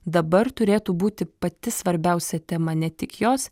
dabar turėtų būti pati svarbiausia tema ne tik jos